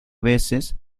veces